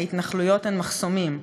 ההתנחלויות הן מחסומים,